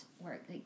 work